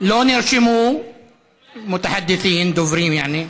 לא נרשמו (אומר בערבית ומתרגם:) דוברים, יעני.